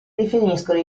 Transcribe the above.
definiscono